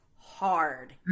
hard